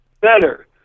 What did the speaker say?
better